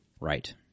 Right